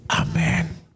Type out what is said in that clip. Amen